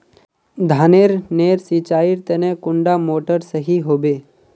धानेर नेर सिंचाईर तने कुंडा मोटर सही होबे?